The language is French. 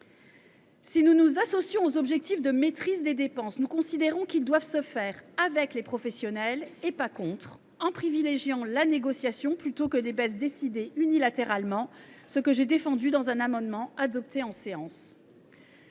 Si nous nous associons aux objectifs de maîtrise des dépenses, nous considérons qu’ils doivent se faire avec les professionnels, et non contre eux, en privilégiant la négociation plutôt que les baisses décidées unilatéralement. C’est ce que j’ai défendu dans un amendement adopté en séance.